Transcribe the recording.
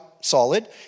solid